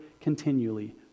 continually